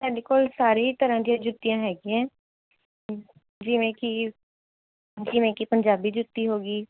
ਸਾਡੇ ਕੋਲ਼ ਸਾਰੀ ਤਰ੍ਹਾਂ ਦੀਆਂ ਜੁੱਤੀਆਂ ਹੈਗੀਆਂ ਜਿਵੇਂ ਕਿ ਜਿਵੇਂ ਕਿ ਪੰਜਾਬੀ ਜੁੱਤੀ ਹੋ ਗਈ